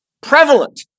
prevalent